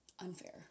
unfair